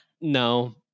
No